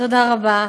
תודה רבה.